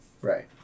Right